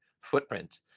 footprint